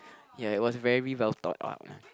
ya it was very well thought art